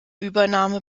übernahme